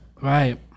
Right